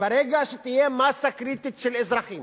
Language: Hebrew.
ברגע שתהיה מאסה קריטית של אזרחים